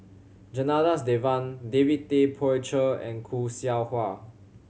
Janadas Devan David Tay Poey Cher and Khoo Seow Hwa